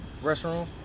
restroom